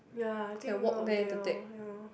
ya I think walk there lor ya lor